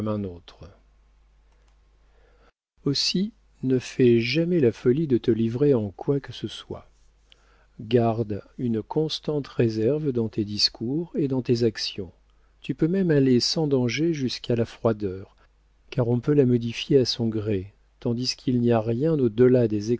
aussi ne fais jamais la folie de te livrer en quoi que ce soit garde une constante réserve dans tes discours et dans tes actions tu peux même aller sans danger jusqu'à la froideur car on peut la modifier à son gré tandis qu'il n'y a rien au